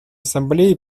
ассамблеи